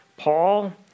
Paul